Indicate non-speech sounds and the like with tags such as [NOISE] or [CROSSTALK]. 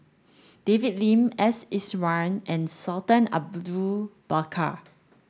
David Lim S Iswaran and Sultan [UNINTELLIGIBLE] Bakar